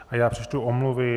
A já přečtu omluvy.